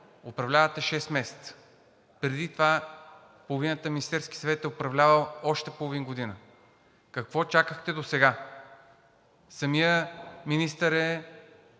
управлявате шест месеца, преди това половината Министерски съвет е управлявал още половин година. Какво чакахте досега? Самият министър,